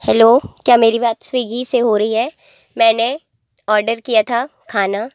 hello क्या मेरी बात स्विगी से हो रही है मैंने और्डर किया था खाना